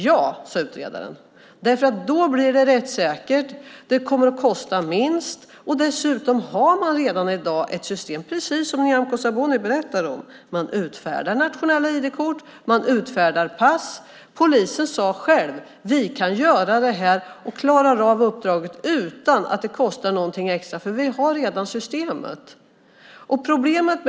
Ja, sade utredaren, därför att då blir det rättssäkert. Det kommer att kosta minst. Dessutom har man redan i dag ett system, precis som Nyamko Sabuni berättade om. Man utfärdar nationella ID-kort. Man utfärdar pass. Polisen sade själv: Vi kan göra det här och klarar av uppdraget utan att det kostar någonting extra, för vi har redan systemet.